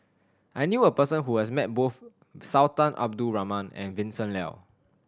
I knew a person who has met both Sultan Abdul Rahman and Vincent Leow